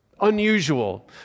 unusual